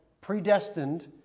predestined